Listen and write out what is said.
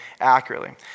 accurately